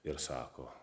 ir sako